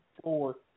four